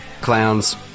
clowns